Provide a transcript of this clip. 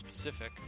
specific